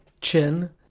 chin